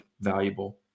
valuable